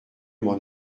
m’en